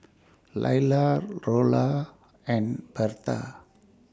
Laila Rollo and Bertha